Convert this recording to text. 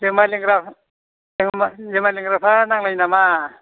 जुमाइ लोंग्रा जुमाइ लोंग्राफ्रा नांलायो नामा